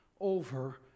over